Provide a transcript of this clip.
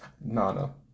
Nana